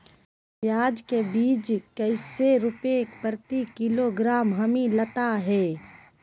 प्याज के बीज कैसे रुपए प्रति किलोग्राम हमिलता हैं?